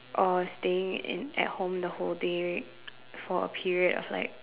or staying in at home the whole day for a period of like